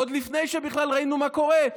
עוד לפני שבכלל ראינו מה קורה,